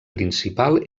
principal